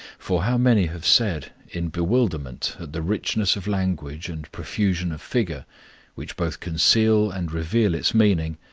for how many have said in bewilderment the richness of language and profusion of figure which both conceal and reveal its meaning,